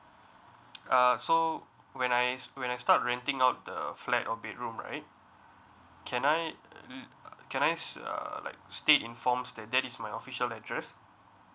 uh so when I when I start renting out the flat or bedroom right can I mm can I uh like stay inform that that is my official address